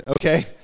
okay